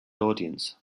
audience